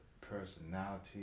personality